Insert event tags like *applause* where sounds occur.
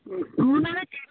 *unintelligible*